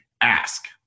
ask